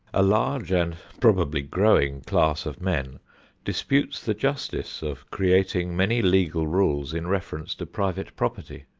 a large and probably growing class of men disputes the justice of creating many legal rules in reference to private property.